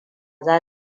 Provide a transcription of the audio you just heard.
za